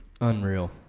Unreal